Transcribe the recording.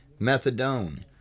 methadone